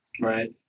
Right